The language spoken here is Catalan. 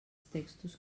textos